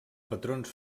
patrons